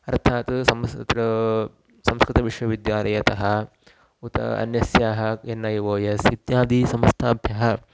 अर्थात् संस्कृतं संस्कृतविश्वविद्यालयतः उत अन्यस्याः एन् ऐ ओ एस् इत्यादि संस्थाभ्यः